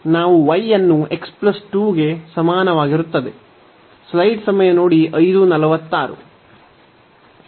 ನಾವು y ಅನ್ನು x 2 ಗೆ ಸಮಾನವಾಗಿರುತ್ತದೆ